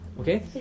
Okay